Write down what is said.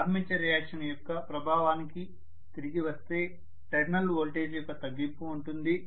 armature reaction యొక్క ప్రభావానికి తిరిగి వస్తే టెర్మినల్ వోల్టేజ్ యొక్క తగ్గింపు ఉంటుంది